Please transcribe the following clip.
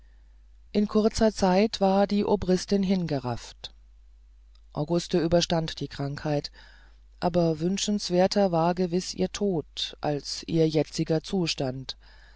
in kurzer zeit war die obristin hingerafft auguste überstand die krankheit aber wünschenswerter war gewiß ihr tod als ihr jetziger zustand